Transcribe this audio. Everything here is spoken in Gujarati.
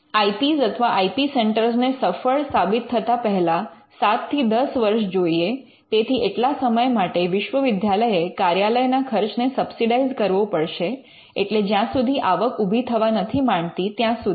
આઇ પી સી અથવા આઇ પી સેન્ટર ને સફળ સાબિત થતા પહેલા 7 થી 10 વર્ષ જોઈએ તેથી એટલા સમય માટે વિશ્વવિદ્યાલયએ કાર્યાલયના ખર્ચ ને સબસીડાઈઝ કરવો પડશે એટલે જ્યાં સુધી આવક ઉભી થવા નથી માંડતી ત્યાં સુધી